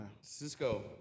Cisco